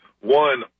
One